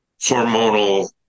hormonal